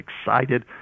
excited